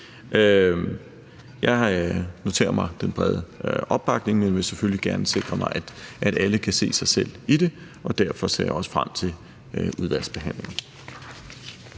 Jeg noterer mig den brede opbakning, men vil selvfølgelig gerne sikre mig, at alle kan se sig selv i det, og derfor ser jeg også frem til udvalgsbehandlingen.